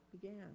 began